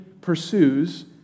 pursues